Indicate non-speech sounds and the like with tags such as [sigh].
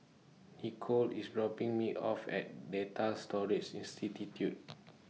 Nichole IS dropping Me off At Data Storage [unintelligible]